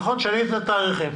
נכון, תשני את התאריכים.